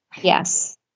Yes